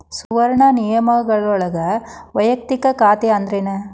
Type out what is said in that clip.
ಸುವರ್ಣ ನಿಯಮಗಳೊಳಗ ವಯಕ್ತಿಕ ಖಾತೆ ಅಂದ್ರೇನ